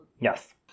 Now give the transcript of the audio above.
Yes